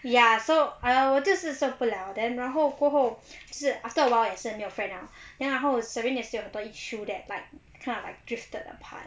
ya so err 我就是受不了 then 然后过后就是 after awhile 也是没有 friend 了 then 然后 serene 有 issue that like kind of like drifted apart